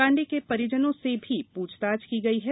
पांडे के परिजनों से भी पूछताछ की गई है